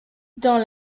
dans